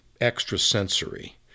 extrasensory